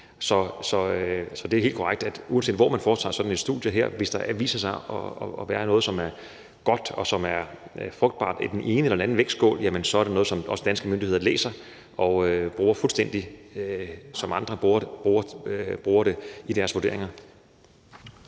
sig at være noget – uanset hvor man foretager sådan et studie her – som er godt, og som er frugtbart, i den ene eller den anden vægtskål, jamen så er det noget, som også danske myndigheder læser og bruger, fuldstændig som andre bruger det, i deres vurderinger.